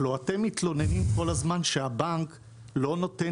הלוא אתם מתלוננים כל הזמן שהבנק לא נותן